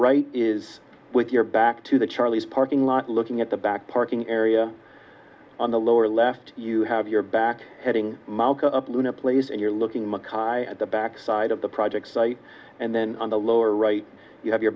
right is with your back to the charlie's parking lot looking at the back parking area on the lower left you have your back heading mile go up luna plays and you're looking makhaya at the backside of the project site and then on the lower right you have your